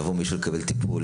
יבוא מישהו לקבל טיפול,